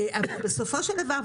בסופו של דבר,